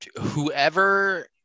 whoever